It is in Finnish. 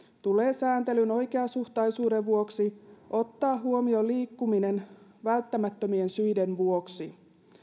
tulee sääntelyn oikeasuhtaisuuden vuoksi ottaa huomioon liikkuminen välttämättömien syiden vuoksi